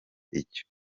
icyo